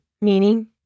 meaning